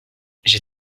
j’ai